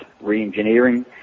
re-engineering